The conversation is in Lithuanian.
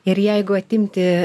ir jeigu atimti